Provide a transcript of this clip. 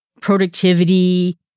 productivity